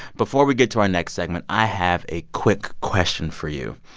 before we get to our next segment, i have a quick question for you.